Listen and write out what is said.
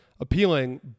appealing